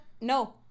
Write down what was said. no